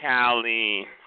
Callie